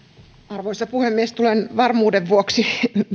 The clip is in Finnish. arvoisa puhemies tulen varmuuden vuoksi